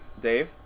Dave